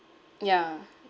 ya